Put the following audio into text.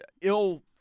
ill –